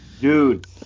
Dude